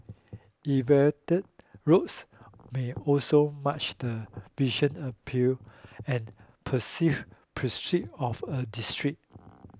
elevated roads may also march the visual appeal and perceive prestige of a district